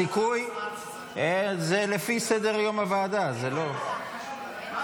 זה לפי סדר-יום הוועדה, זה לא --- לא,